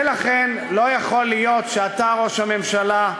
ולכן לא יכול להיות שאתה, ראש הממשלה,